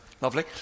Lovely